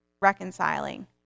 reconciling